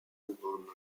album